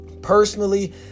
Personally